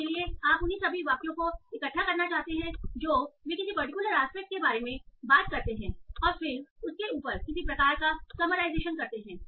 इसलिए आप उन सभी वाक्यों को इकट्ठा करना चाहते हैं जो वे किसी पर्टिकुलर आस्पेक्ट के बारे में बात करते हैं और फिर उसके ऊपर किसी प्रकार का समराइजएशियन करते हैं